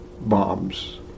bombs